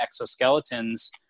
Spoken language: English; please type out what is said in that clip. exoskeletons